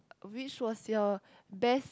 which was your best